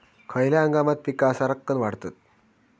खयल्या हंगामात पीका सरक्कान वाढतत?